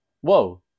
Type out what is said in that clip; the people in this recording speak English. Whoa